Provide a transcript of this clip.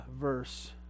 verse